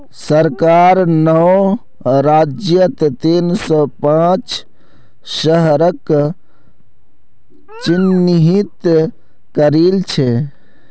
सरकार नौ राज्यत तीन सौ पांच शहरक चिह्नित करिल छे